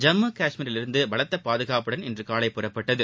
ஜம்மு கஷ்மீரிலிருந்து பலத்த பாதுகாப்புடன் இன்று காலை புறப்பட்டது